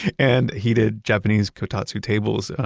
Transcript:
and he did japanese kotatsu tables.